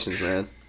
man